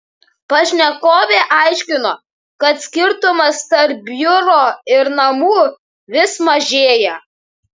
pašnekovė aiškino kad skirtumas tarp biuro ir namų vis mažėja